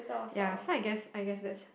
ya so I guess I guess that's